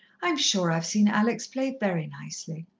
i'm sure i've seen alex play very nicely.